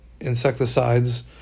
insecticides